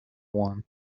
one